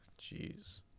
Jeez